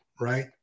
right